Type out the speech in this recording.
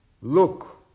look